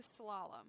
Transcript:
slalom